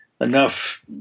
enough